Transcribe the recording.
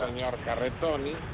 um the audit cabinet